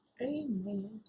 amen